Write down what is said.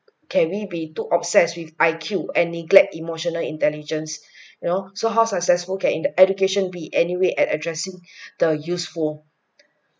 can we be too obsessed with I_Q and neglect emotional intelligence you know so how successful can in the education be anyway at addressing the useful